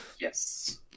yes